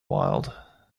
wild